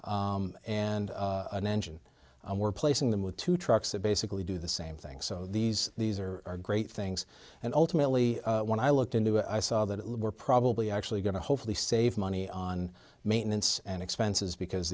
and an engine we're placing them with two trucks that basically do the same thing so these these are great things and ultimately when i looked into it i saw that it were probably actually going to hopefully save money on maintenance and expenses because